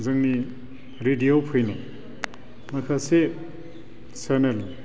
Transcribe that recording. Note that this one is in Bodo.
जोंनि रेदिय'आव फैनाय माखासे चेनेल